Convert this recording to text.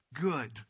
good